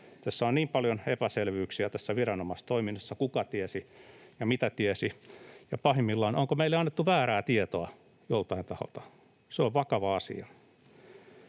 on niin paljon epäselvyyksiä: kuka tiesi ja mitä tiesi, ja pahimmillaan, onko meille annettu väärää tietoa joltain taholta? Se on vakava asia.